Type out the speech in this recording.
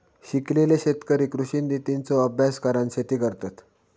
शिकलेले शेतकरी कृषि नितींचो अभ्यास करान शेती करतत